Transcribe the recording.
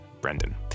Brendan